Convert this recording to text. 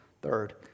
Third